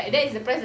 mmhmm